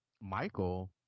Michael